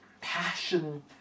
passion